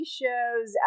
shows